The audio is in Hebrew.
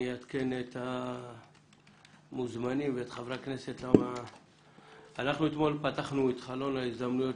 אני אעדכן את המוזמנים ואת חברי הכנסת: אתמול פתחנו חלון הזדמנויות,